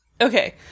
Okay